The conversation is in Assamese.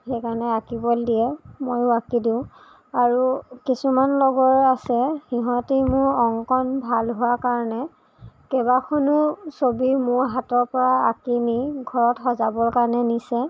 সেইকাৰণে আঁকিবলে দিয়ে ময়ো আঁকি দিওঁ আৰু কিছুমান লগৰ আছে সিহঁতি মোৰ অংকণ ভাল হোৱাৰ কাৰণে কেইবাখনো ছবি মোৰ হাতৰ পৰা আঁকি নি ঘৰত সজাবৰ কাৰণে নিছে